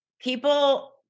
people